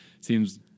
seems